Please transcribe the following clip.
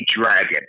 dragon